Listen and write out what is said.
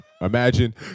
imagine